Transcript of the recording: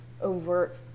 overt